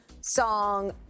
song